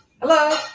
Hello